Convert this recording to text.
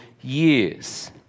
years